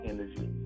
Energy